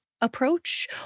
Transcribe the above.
approach